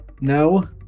No